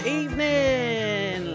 evening